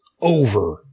over